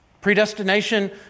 Predestination